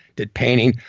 did painting,